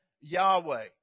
Yahweh